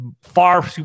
far